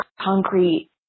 concrete